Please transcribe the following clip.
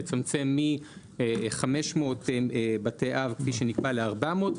לצמצם מ-500 בתי אב כפי שנקבע ל-400,